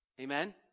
Amen